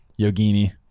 Yogini